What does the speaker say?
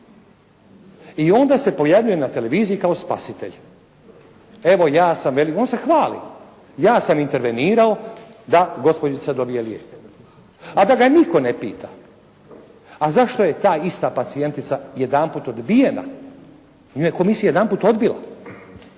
i onda se pojavljuje na televiziji kao spasitelj. Evo, ja sam, on se hvali, ja sam intervenirao da gospođica dobije lijek a da ga nitko ne pita zašto je ta ista pacijentica jedanput odbijena. Nju je komisija jedanput odbila,